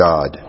God